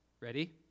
Ready